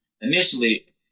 initially